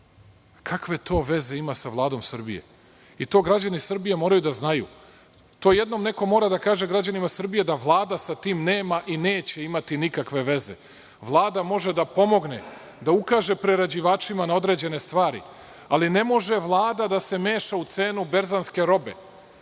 danas. Kakve to veze ima sa Vladom Srbije i to građani Srbije moraju da znaju, to jednom neko mora da kaže građanima Srbije da Vlada sa tim nema i neće imati nikakve veze. Vlada može da pomogne, da ukaže prerađivačima na određene stvari, ali ne može Vlada da se meša u cenu berzanske robe